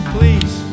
Please